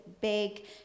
big